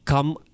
come